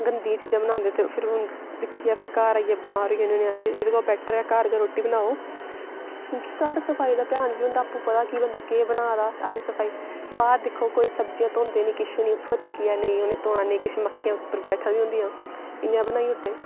गंदियां चीजां बनांदे ते फिर उ'नेंगी दिक्खियै फिर घर आइयै बमार होई जन्ने होन्ने अस एह्दे कोला बैटर ऐ घर गै रुट्टी बनाओ क्योंकि घर सफाई दा ध्यान बी होंदा आपूं पता कि बंदा केह् बना दा असें सफाई बाह्र दिक्खो कोई सब्जियां धोंदे नेईं किश निं उत्थुआं चुक्कियै नेईं उ'नें धोना नेईं किश मक्खियां उप्पर बैठा दियां होंदियां इं'यां बनाई ओड़दे